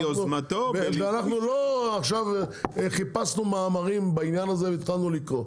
אנחנו לא עכשיו חיפשנו מאמרים בעניין הזה והתחלנו לקרוא,